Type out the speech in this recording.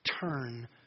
turn